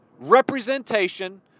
representation